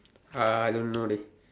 uh I don't know dey